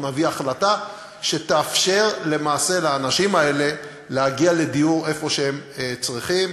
החלטה שתאפשר למעשה לאנשים האלה להגיע לדיור איפה שהם צריכים.